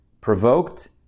provoked